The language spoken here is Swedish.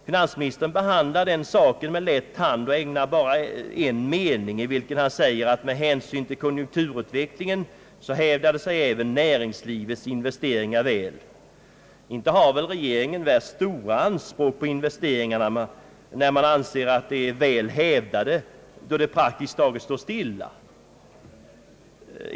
Finansministern behandlar den saken med lätt hand och ägnar den bara en mening, i vilken han säger att med hänsyn till konjunkturutvecklingen hävdade sig även näringslivets investeringar väl. Inte har regeringen stora anspråk på investeringarna när man anser att de är väl hävdade då de praktiskt taget står stilla.